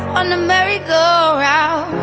on a merry-go-round,